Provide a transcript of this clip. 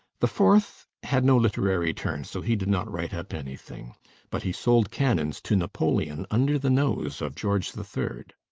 the fourth had no literary turn so he did not write up anything but he sold cannons to napoleon under the nose of george the third.